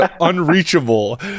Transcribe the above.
unreachable